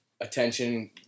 attention